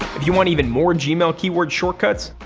if you want even more gmail keyboard shortcuts,